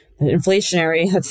inflationary